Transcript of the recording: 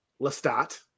Lestat